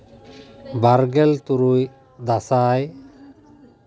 ᱵᱟᱨᱜᱮᱞ ᱛᱩᱨᱩᱭ ᱫᱟᱸᱥᱟᱭ